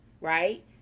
right